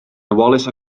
wallace